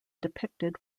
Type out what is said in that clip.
depicted